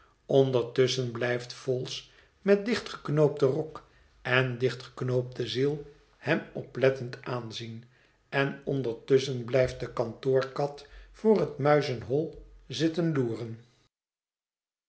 ondertusschen blijft vholes met dichtgeknoopten rok en dichtgeknoopte ziel hem oplettend aanzien en ondertusschen blijft de kantoorkat voor het muizenhol zitten loeren